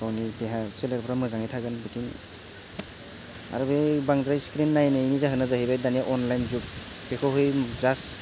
गावनि देहा सोलेरफोरा मोजाङै थागोन बिथिं आरो बै बांद्राय स्क्रिन नायनायनि जाहोना जाहैबाय दानिया अनलाइन जुग बेखौहै जास्ट